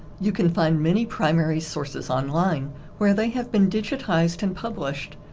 you can find many primary sources online where they have been digitized and published.